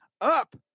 up